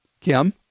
Kim